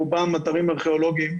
רובם אתרים ארכיאולוגים,